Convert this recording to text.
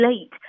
late